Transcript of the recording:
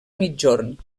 migjorn